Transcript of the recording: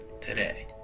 today